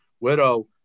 widow